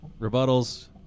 rebuttals